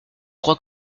crois